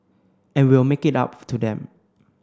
and we'll make it up to them